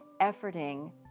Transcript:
efforting